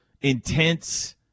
intense